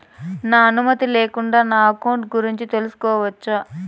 నా అనుమతి లేకుండా నా అకౌంట్ గురించి తెలుసుకొనొచ్చా?